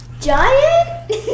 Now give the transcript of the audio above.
giant